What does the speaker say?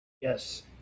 Yes